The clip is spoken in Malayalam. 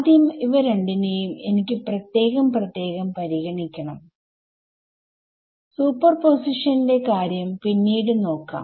ആദ്യം ഇവ രണ്ടിനെയും എനിക്ക് പ്രത്യേകം പ്രത്യേകം പരിഗണിക്കണംസൂപ്പർപൊസിഷന്റെ കാര്യം പിന്നീട് നോക്കാം